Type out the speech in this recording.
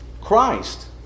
Christ